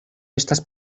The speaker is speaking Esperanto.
estas